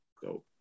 Go